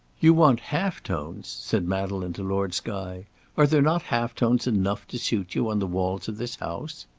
you want half-tones! said madeleine to lord skye are there not half-tones enough to suit you on the walls of this house?